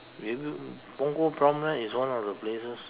maybe Punggol Promenade is one of the places